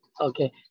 Okay